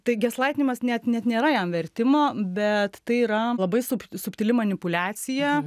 tai geslaitinimas net net nėra jam vertimo bet tai yra labai subtili manipuliacija